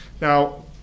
Now